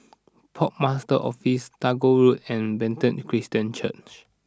Port Master's Office Tagore Road and Bethany Christian Church